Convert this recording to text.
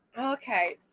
Okay